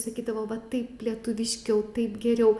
sakydavo va taip lietuviškiau taip geriau